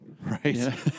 Right